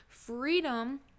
freedom